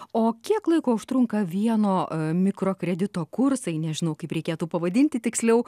o kiek laiko užtrunka vieno mikrokredito kursai nežinau kaip reikėtų pavadinti tiksliau